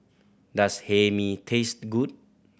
does Hae Mee taste good